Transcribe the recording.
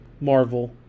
Marvel